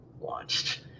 launched